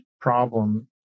problem